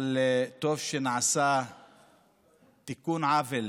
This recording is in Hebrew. אבל טוב שנעשה תיקון עוול